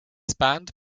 spanned